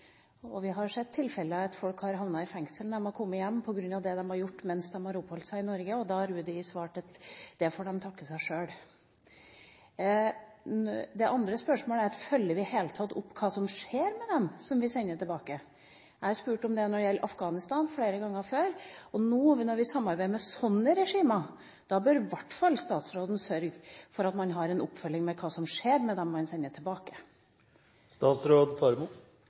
Vi har sett tilfeller der folk har havnet i fengsel når de har kommet hjem på grunn av det de har gjort mens de har oppholdt seg i Norge, og da har UDI svart at det får de takke seg sjøl for. Spørsmålet er: Følger vi i det hele tatt opp hva som skjer med dem som vi sender tilbake? Jeg har spurt om det flere ganger før når det gjelder Afghanistan, og nå, når vi samarbeider med slike regimer, bør i hvert fall statsråden sørge for at man har en oppfølging av hva som skjer med